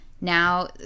Now